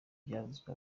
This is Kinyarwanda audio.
byavuzwe